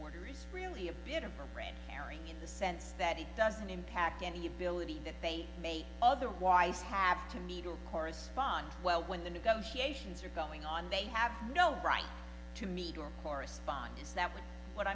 orders really a bit of a red herring in the sense that it doesn't impact any ability that they may otherwise have to meet or cars bond well when the negotiations are going on they have no right to meet or correspond is that what